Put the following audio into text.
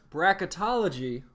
Bracketology